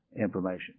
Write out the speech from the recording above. information